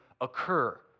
occur